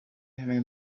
having